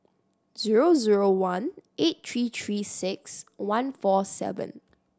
zero zero one eight three Three Six One four seven